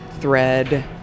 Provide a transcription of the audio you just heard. thread